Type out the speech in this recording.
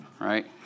right